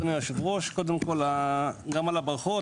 אדוני היושב-ראש גם על הברכות,